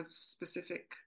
specific